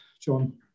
John